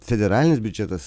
federalinis biudžetas